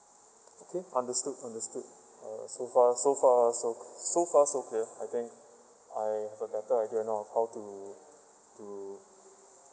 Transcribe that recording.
okay understood understood uh so far so far so so far so clear I think I have a better idea you know how how to to